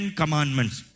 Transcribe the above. commandments